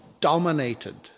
dominated